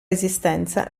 esistenza